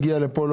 לא הגיעה לכאן.